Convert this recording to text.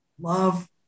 love